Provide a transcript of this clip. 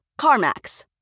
CarMax